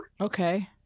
Okay